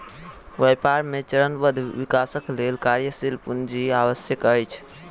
व्यापार मे चरणबद्ध विकासक लेल कार्यशील पूंजी आवश्यक अछि